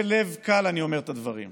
בלב קל אני אומר את הדברים: